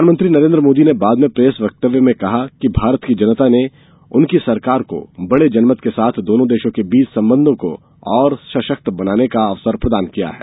प्रधानमंत्री नरेन्द्र मोदी ने बाद में प्रेस वक्तव्य में कहा कि भारत की जनता ने उनकी सरकार को बड़ा जनमत के साथ दोनों देशों के बीच संबंधों को और सशक्त बनाने का अवसर प्रदान किया है